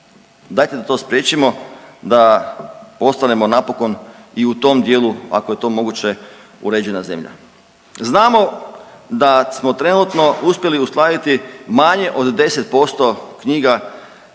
Dajte da to spriječimo da ostanemo napokon i u tom dijelu, ako je to moguće, uređena zemlja. Znamo da smo trenutno uspjeli uskladiti manje od 10% knjiga